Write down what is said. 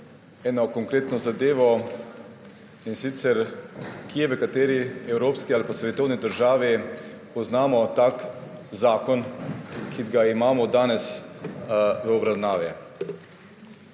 eno konkretno zadevo, in sicer kje, v kateri evropski ali pa svetovni državi poznamo tak zakon, kot ga imamo danes v obravnavi.